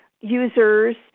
users